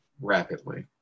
rapidly